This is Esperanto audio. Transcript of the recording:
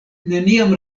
neniam